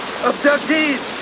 Abductees